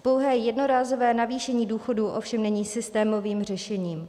Pouhé jednorázové navýšení důchodů ovšem není systémovým řešením.